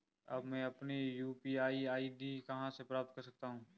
अब मैं अपनी यू.पी.आई आई.डी कहां से प्राप्त कर सकता हूं?